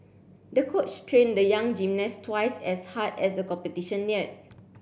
the coach trained the young gymnast twice as hard as the competition neared